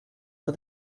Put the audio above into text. for